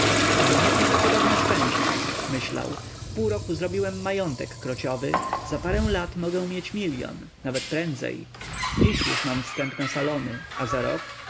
mam nieprawdopodobne szczęście myślał w pół roku zrobiłem majątek krociowy za parę lat mogę mieć milion nawet prędzej dziś już mam wstęp na salony a za rok